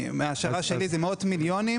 מההשערה שלי זה מאות מיליונים,